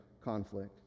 conflict